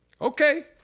Okay